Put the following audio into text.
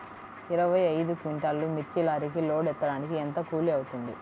ఇరవై ఐదు క్వింటాల్లు మిర్చి లారీకి లోడ్ ఎత్తడానికి ఎంత కూలి అవుతుంది?